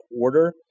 order